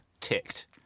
ticked